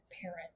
parent